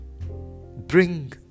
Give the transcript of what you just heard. Bring